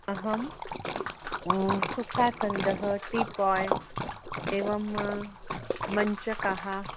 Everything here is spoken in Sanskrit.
अहं सुखासन्दं टीपाय् एवं मञ्चः